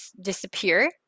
disappear